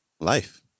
life